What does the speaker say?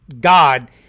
God